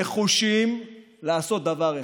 שנחושים לעשות דבר אחד: